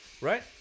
right